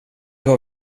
har